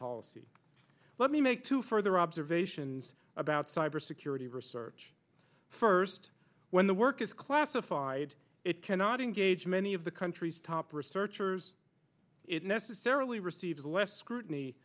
policy let me make two further observations about cybersecurity research first when the work is classified it cannot engage many of the country's top researchers it necessarily receives less scrutiny